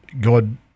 God